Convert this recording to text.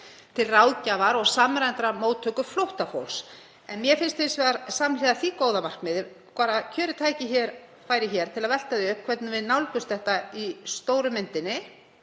til ráðgjafar og samræmdrar móttöku flóttafólks. En mér finnst hins vegar samhliða því góða markmiði kjörið tækifæri til að velta því upp hvernig við nálgumst þetta í stóru myndinni